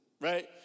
right